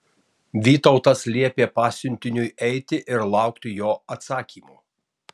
vytautas liepė pasiuntiniui eiti ir laukti jo atsakymo